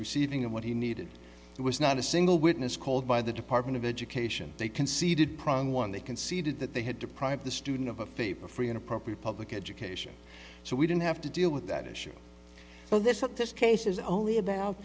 receiving and what he needed it was not a single witness called by the department of education they conceded problem one they conceded that they had deprived the student of a fee for free and appropriate public education so we didn't have to deal with that issue but this is what this case is only about